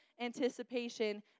anticipation